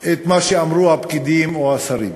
מה שאמרו הפקידים או השרים.